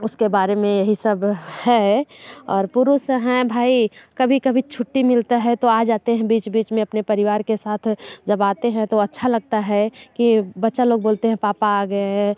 उसके बारे में यही सब है और पुरुष हैं भाई कभी कभी छुट्टी मिलता है तो आ जाते हैं बीच बीच में अपने परिवार के साथ जब आते हैं तो अच्छा लगता है कि बच्चा लोग बोलते हैं पापा आ गए